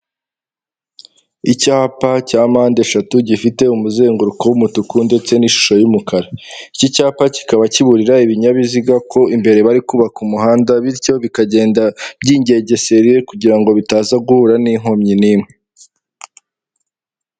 Icyapa cya mpande eshatu gifite umuzenguruko w'umutuku ndetse n'ishusho y'umukara, iki cyapa kikaba kiburira ibinyabiziga ko imbere bari kubaka umuhanda bityo bikagenda byigengesereye kugira ngo bitaza guhura n'inkomyi n'imwe.